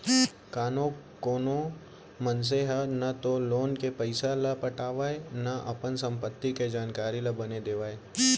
कानो कोनो मनसे ह न तो लोन के पइसा ल पटावय न अपन संपत्ति के जानकारी ल बने देवय